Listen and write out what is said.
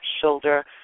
shoulder